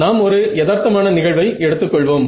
நாம் ஒரு யதார்த்தமான நிகழ்வை எடுத்துக் கொள்வோம்